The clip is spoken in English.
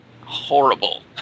horrible